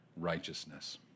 righteousness